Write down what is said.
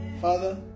Father